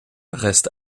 reste